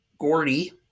Gordy